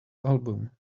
album